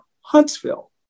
Huntsville